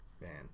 man